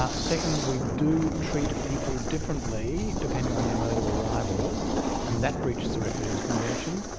ah second, we do treat people differently depending on their mode of arrival and that breaches the refugees convention.